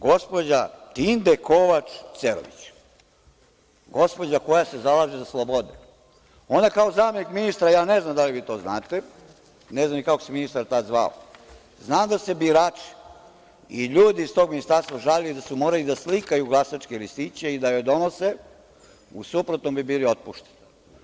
Gospođa Tinde Kovač Cerović, gospođa koja se zalaže za slobode, ona kao zamenik ministra, ja ne znam da li vi to znate, ne znam ni kako se ministar tad zvao, znam da su se birači i ljudi iz tog ministarstva žalili da su morali da slikaju glasačke listiće i da im donose, u suprotnom bi bili otpušteni.